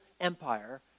empire